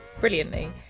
brilliantly